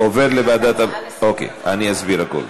עובר לוועדת, אוקיי, אסביר הכול.